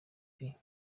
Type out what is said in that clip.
pastor